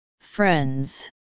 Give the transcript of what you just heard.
friends